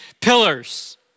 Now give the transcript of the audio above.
pillars